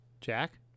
Jack